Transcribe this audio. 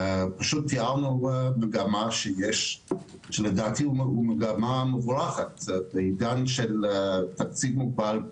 פשוט תיארנו מגמה קיימת שלדעתי היא מגמה מבורכת בעידן של תקציב מוגבל,